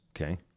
Okay